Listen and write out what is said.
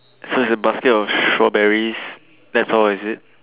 so it's a basket of strawberries that's all is it